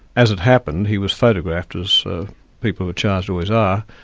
as it happened he was photographed, as people who are charged always are,